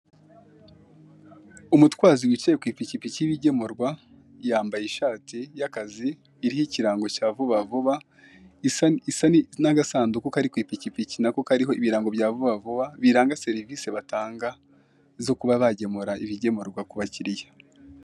Umutwazi wicaye ku ipikipiki y'ibigemurwa , yambaye ishati y'akazi iriho ikirango cya vuba vuba, isa n'agasanduku kari ku ipikipiki nako kariho ibirango bya vuba vuba, biranga serivise batanga zo kuba bagemura ibigemurwa ku bakiliya.